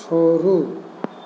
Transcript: छोड़ू